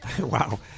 wow